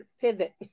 pivot